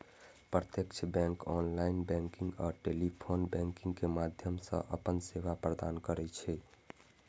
प्रत्यक्ष bank online banking आ telephone banking के माध्यम सं अपन सेवा प्रदान करै छै